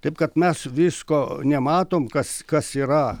taip kad mes visko nematom kas kas yra